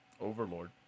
Overlord